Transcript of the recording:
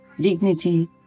dignity